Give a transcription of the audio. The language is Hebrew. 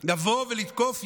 לבוא ולתקוף?